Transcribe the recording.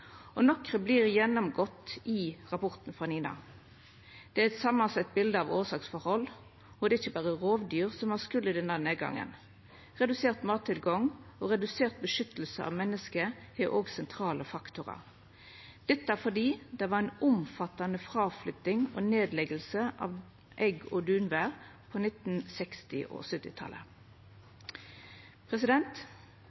og nokre vert gjennomgått i rapporten frå NINA. Det er eit samansett bilde av årsaksforhold. Det er ikkje berre rovdyr som har skuld i denne nedgangen. Redusert mattilgang og redusert beskyttelse fra menneske er også sentrale faktorar – dette fordi det var ei omfattande fråflytting og nedlegging av egg- og dunvær på 1960- og 1970-talet. Det er viktig å ta vare på egg- og